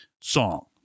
song